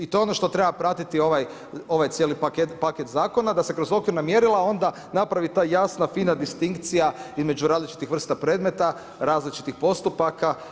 I to je ono što treba pratiti ovaj cijeli paket zakona da se kroz okvirna mjerila onda napravi ta jasna, fina distinkcija između različitih vrsta predmeta, različitih postupaka.